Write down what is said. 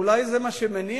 אולי זה מה שמניע.